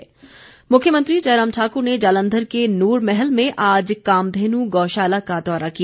गौ पूजा मुख्यमंत्री जयराम ठाकुर ने जालंधर के नूरमहल में आज कामधेनु गौशाला का दौरा किया